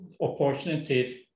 opportunities